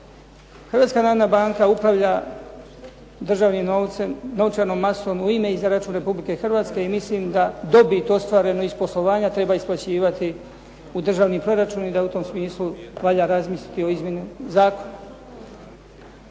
Hrvatska narodna banka upravlja državnim novcem, novčanom masom u ime i za račun Republike Hrvatske i mislim da dobit ostvarenu iz poslovanja treba isplaćivati u državni proračun i da u tom smislu valja razmisliti o izmjeni zakona.